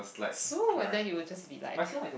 so and then you will just be like